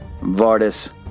Vardis